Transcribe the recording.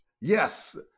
Yes